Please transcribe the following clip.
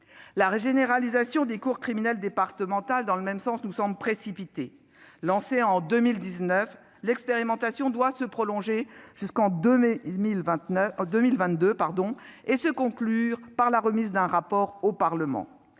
La généralisation des cours criminelles départementales nous semble tout aussi précipitée. Lancée en 2019, l'expérimentation doit se prolonger jusqu'en mai 2022 et se conclure par la remise d'un rapport au Parlement.